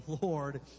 Lord